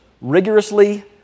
rigorously